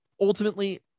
ultimately